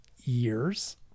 years